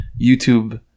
YouTube